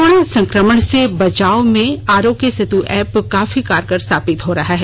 corona संक्रमण से बचाव में आरोग्य सेतु एप्प काफी कारगर साबित हो रहा है